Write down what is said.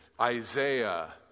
Isaiah